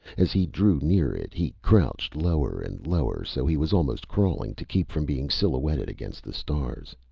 as he drew near it he crouched lower and lower so he was almost crawling to keep from being silhouetted against the stars.